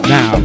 Now